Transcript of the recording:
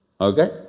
Okay